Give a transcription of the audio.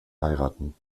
heiraten